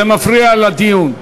זה מפריע לדיון.